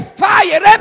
fire